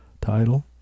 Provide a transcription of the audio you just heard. title